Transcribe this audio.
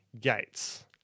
Gates